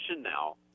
now